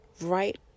right